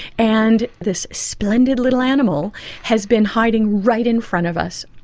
and this splendid little animal has been hiding right in front of us,